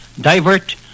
divert